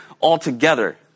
altogether